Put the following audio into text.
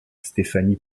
stephanie